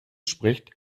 spricht